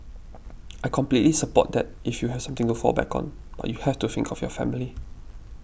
I completely support that if you have something to fall back on but you have to think of your family